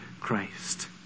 Christ